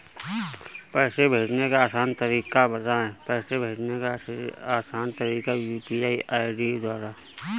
पैसे भेजने का आसान तरीका बताए?